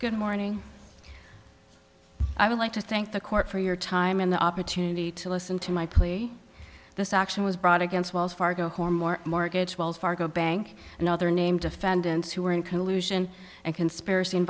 good morning i would like to thank the court for your time in the opportunity to listen to my plea this action was brought against wells fargo hor more mortgage wells fargo bank and other name defendants who were in collusion and conspiracy in